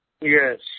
Yes